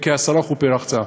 כעשרה חופי רחצה.